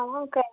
हां करना